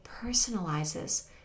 personalizes